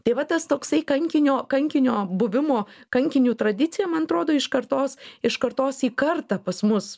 tai va tas toksai kankinio kankinio buvimo kankiniu tradicija man atrodo iš kartos iš kartos į kartą pas mus